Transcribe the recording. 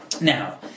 Now